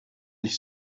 ich